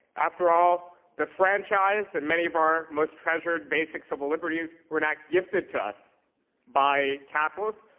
after all, the franchise and many of our most treasured basic civil liberties were not gifted to us by capitalists.